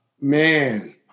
man